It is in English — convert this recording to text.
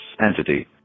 entity